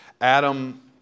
Adam